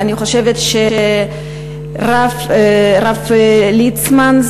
ואני חושבת שהרב ליצמן,